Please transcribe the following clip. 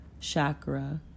chakra